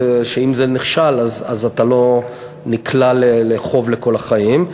ואם זה נכשל אתה לא נקלע לחוב לכל החיים.